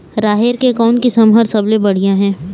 राहेर के कोन किस्म हर सबले बढ़िया ये?